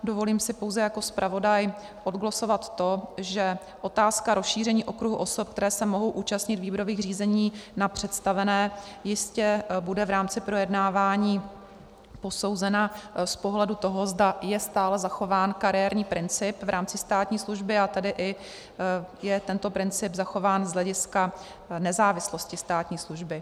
Dovolím si pouze jako zpravodaj odglosovat to, že otázka rozšíření okruhu osob, které se mohou účastnit výběrových řízení na představené, jistě bude v rámci projednávání posouzena z pohledu toho, zda je stále zachován kariérní princip v rámci státní služby, a tedy i je tento princip zachován z hlediska nezávislosti státní služby.